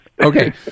okay